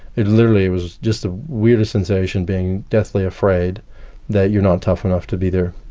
it literally was just the weirdest sensation, being deathly afraid that you're not tough enough to be there,